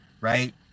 right